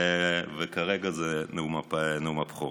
וכרגע זה נאום הבכורה.